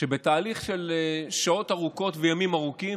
שבתהליך של שעות ארוכות וימים ארוכים,